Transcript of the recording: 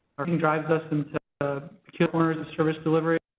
sort of drives us into peculiar corners of service delivery,